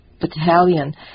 battalion